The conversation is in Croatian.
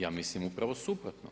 Ja mislim upravo suprotno.